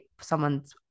someone's